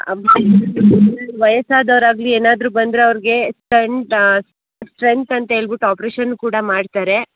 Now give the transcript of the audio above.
ವಯಸ್ಸಾದವರಾಗ್ಲಿ ಏನಾದರೂ ಬಂದರೆ ಅವ್ರಿಗೆ ಸ್ಟಂಟ್ ಸ್ಟಂಟ್ ಅಂತ ಹೇಳ್ಬುಟ್ ಅಪ್ರೆಷನ್ ಕೂಡ ಮಾಡ್ತಾರೆ